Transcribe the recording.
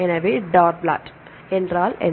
எனவே dot plot என்றால் என்ன